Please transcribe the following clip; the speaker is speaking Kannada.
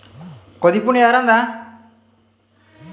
ಬ್ಯಾಲೆನ್ಸ್ ನೋಡಲು ಮೊಬೈಲ್ ನಲ್ಲಿ ಇರುವ ಅಪ್ಲಿಕೇಶನ್ ಗಳು ಯಾವುವು?